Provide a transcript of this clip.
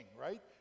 right